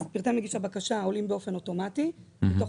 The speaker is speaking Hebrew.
פרטי מגיש הבקשה עולים באופן אוטומטי מתוך